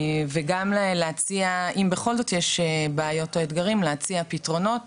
ואם בכל זאת יש בעיות ואתגרים בכל זאת אפשר להציע פתרונות,